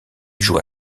joua